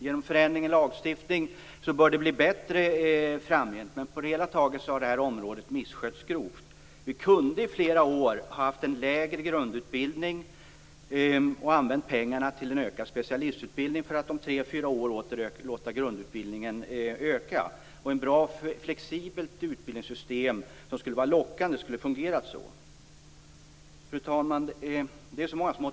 Med hjälp av förändringar i lagstiftningen bör det bli bättre framgent. Men på det hela taget har detta område missskötts grovt. Under flera år kunde det ha varit en mindre omfattning på grundutbildning, och pengarna kunde ha använts till en mer omfattande specialistutbildning - för att om tre fyra år låta grundutbildningen öka i omfattning igen. Ett bra och flexibelt utbildningssystem skulle fungera så. Fru talman!